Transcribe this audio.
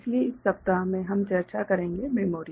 इसलिए इस सप्ताह में हम चर्चा करेंगे मेमोरी